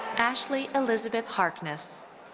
ashley elizabeth harkness.